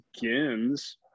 begins